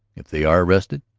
if they are arrested,